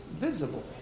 visible